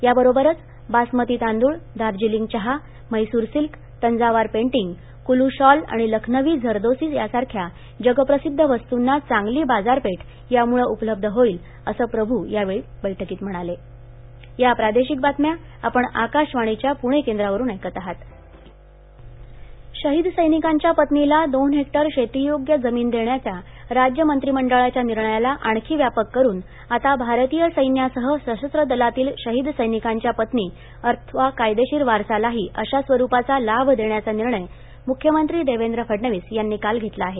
याबरोबरच बासमती तांदूळ दार्जिलिंग चहा Mysore silk Thanjavur painting Kullu shawl आणि लखनवी झरदोझी यासारख्या जगप्रसिद्ध वस्तंना चांगली बाजारपेठ यामुळं उपलब्ध होईल असं प्रभू यांनी या बैठकीत सांगितलं शहीद सैनिकांच्या विधवा शहीद सैनिकांच्या पत्नीला दोन हेक्टर शेतीयोग्य जमीन देण्याच्या राज्य मंत्रिमंडळाच्या निर्णयाला आणखी व्यापक करून आता भारतीय सैन्यासह सशस्त्र दलातील शहीद सैनिकांच्या पत्नी अथवा कायदेशीर वारसालाही अशा स्वरुपाचा लाभ देण्याचा निर्णय म्ख्यमंत्री देवेंद्र फडणवीस यांनी काल घेतला आहे